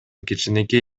кичинекей